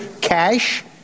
cash